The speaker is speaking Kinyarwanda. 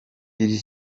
iri